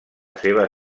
seva